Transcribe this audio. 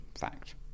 fact